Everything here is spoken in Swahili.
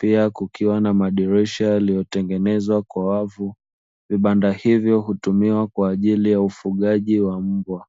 pia kukiwa na madirisha yaliyotengenezwa kwa wavu, vibanda hivyo hutumiwa kwa ajili ya ufugaji wa mbwa.